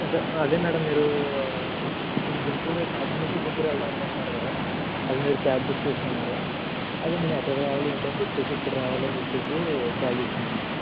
అదే మ్యాడం మీరు గుంటూరు కాకినాడ నుంచి గుంటూరు వెళ్దాం అనుకుంటున్నారు కదా అది మీరు క్యాబ్ బుక్ చేసుకున్నారు అదే మ్యాడం ఎక్కడికి రావాలి ఏంటి అని చెప్పేసి ఎప్పుడు రావాలి అని చెప్పేసి కాల్ చేసానండి